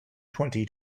twenty